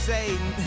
Satan